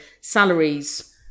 salaries